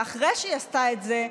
ואחרי שהיא עשתה את זה,